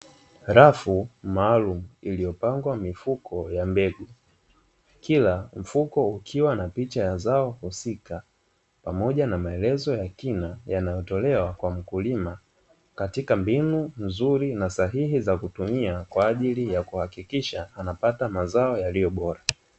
Rafu maalum iliyopangwa mifuko ya mbegu, kila mfuko ukiwa na picha ya zao husika pamoja na maelezo ya kina yanayotolewa kwa mkulima, katika mbinu nzuri na sahihi za kutumia kwaajili ya kuhakikisha anapata mazao yaliyo bora.